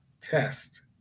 test